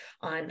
on